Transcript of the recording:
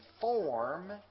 form